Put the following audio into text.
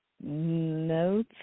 no